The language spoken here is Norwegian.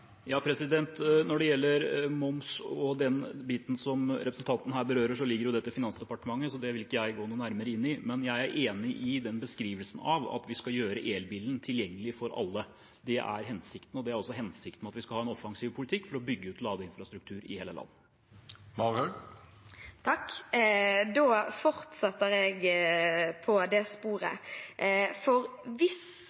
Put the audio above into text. når det gjelder moms og den biten som representanten her berører, ligger det under Finansdepartementet, så det vil ikke jeg gå nærmere inn på. Men jeg er enig i beskrivelsen av at vi skal gjøre elbilen tilgjengelig for alle. Det er hensikten, og det er hensikten at vi skal ha en offensiv politikk for å bygge ut ladeinfrastruktur i hele landet. Da fortsetter jeg på det